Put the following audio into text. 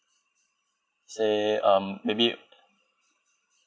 say um maybe